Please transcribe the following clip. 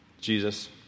Jesus